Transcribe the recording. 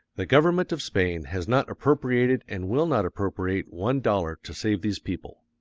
the government of spain has not appropriated and will not appropriate one dollar to save these people.